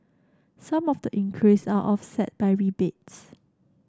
some of the increase are offset by rebates